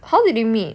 how did they meet